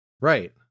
Right